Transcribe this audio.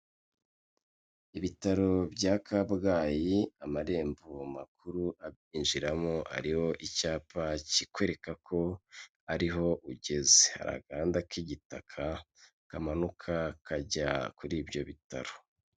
Ibitaro bya Kabgayi amarembo makuru abyinjiramo ariho icyapa kikwereka ko ariho ugeze, hari aganda k'igitaka kamanuka kajya kuri ibyo bitaro.